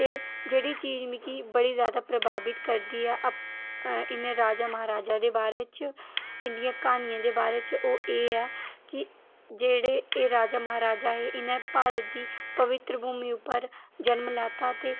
जेह्ड़ी च़ीज मिकी बड़ी ज्यादा प्रभावित करदी ऐ इ'नें राजा महाराजा दे बारे च इंदियें क्हानियें दे बारे च एह् है कि एह् राजा महाराजा हे इ'नें भारत दी पबित्र् भूमी उप्पर जन्म लैता ते